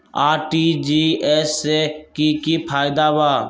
RTGS से की की फायदा बा?